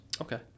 Okay